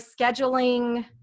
scheduling